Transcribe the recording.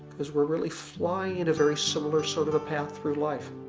cause we're really flying in a very similar sort of path through life.